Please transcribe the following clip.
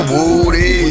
Woody